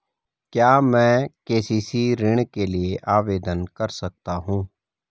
क्या मैं के.सी.सी ऋण के लिए आवेदन कर सकता हूँ?